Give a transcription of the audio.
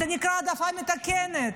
זה נקרא העדפה מתקנת.